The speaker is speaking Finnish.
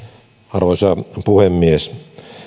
arvoisa puhemies